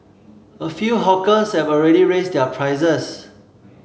a few hawkers have already raised their prices